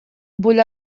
bull